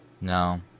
no